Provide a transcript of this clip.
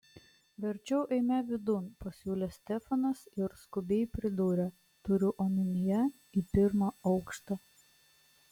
verčiau eime vidun pasiūlė stefanas ir skubiai pridūrė turiu omenyje į pirmą aukštą